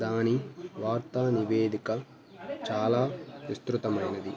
దాని వార్త నివేదిక చాలా విస్తృతమైనది